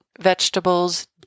vegetables